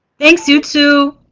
thanks, you too.